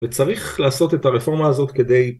וצריך לעשות את הרפורמה הזאת כדי